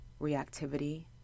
reactivity